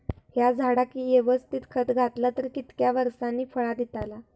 हया झाडाक यवस्तित खत घातला तर कितक्या वरसांनी फळा दीताला?